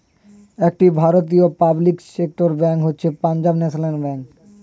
একটি ভারতীয় public sector bank হচ্ছে পাঞ্জাব ন্যাশনাল ব্যাঙ্ক